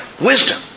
wisdom